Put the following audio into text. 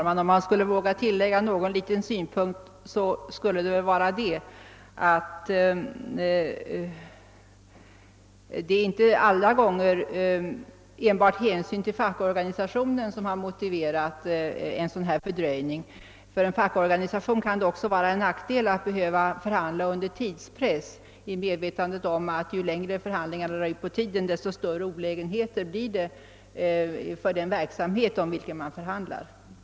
Herr talman! Om jag vågar tillägga någon liten synpunkt skulle det vara att det inte alla gånger av hänsyn enbart till den fackliga organisationen är motiverat med en sådan fördröjning som den som förekommit. Det kan för en facklig organisation vara en nackdel att behöva förhandla under tidspress i medvetandet om att förhandlingarna förorsakar större olägenheter för den verksamhet de avser ju längre de drar ut på tiden.